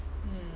mm